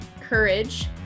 courage